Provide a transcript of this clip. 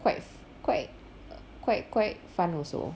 quite quite quite quite fun also